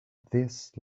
this